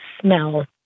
smell